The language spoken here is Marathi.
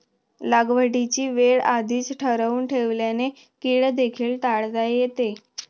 लागवडीची वेळ आधीच ठरवून ठेवल्याने कीड देखील टाळता येते